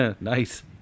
Nice